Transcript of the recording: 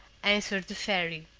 answered the fairy,